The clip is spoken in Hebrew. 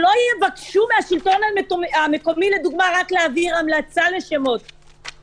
שלא יבקשו מהשלטון המקומי רק להעביר המלצה לשמות -- תודה רבה.